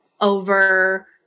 over